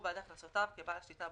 מענק סיוע לשכיר בעל שליטה),